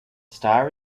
star